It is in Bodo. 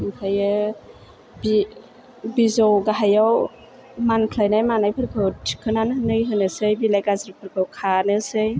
ओमफ्रायो बि बिजौ गाहाइयाव मानख्लायनाय मानायफोरखौ थिखोनानै होनोसै बिलाइ गाज्रिफोरखौ खानोसै